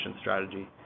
strategy